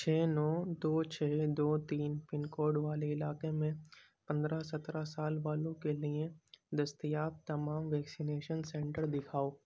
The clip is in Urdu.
چھ نو دو چھ دو تین پن کوڈ والے علاقے میں پندرہ سترہ سال والوں کے لیے دستیاب تمام ویکسینیشن سینٹر دکھاؤ